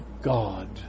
God